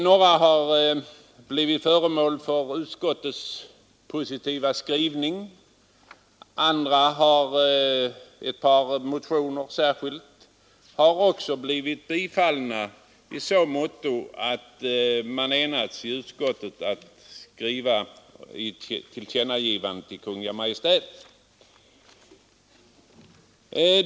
Några har blivit föremål för utskottets positiva skrivning. Andra motioner — däribland från centern — har blivit tillstyrkta i så måtto att utskottet enats om ett tillkännagivande till Kungl. Maj:t.